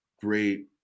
great